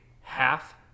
half